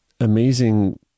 amazing